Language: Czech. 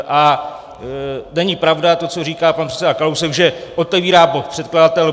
A není pravda to, co říká pan předseda Kalousek, že otevírá bod předkladatel.